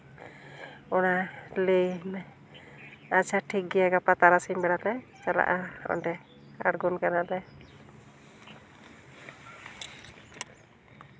ᱚᱱᱟ ᱞᱟᱹᱭ ᱢᱮ ᱟᱪᱪᱷᱟ ᱴᱷᱤᱠ ᱜᱮᱭᱟ ᱜᱟᱯᱟ ᱛᱟᱨᱟᱥᱤᱧ ᱵᱮᱲᱟ ᱞᱮ ᱪᱟᱞᱟᱜᱼᱟ ᱚᱸᱰᱮ ᱟᱬᱜᱚᱱ ᱠᱟᱱᱟᱞᱮ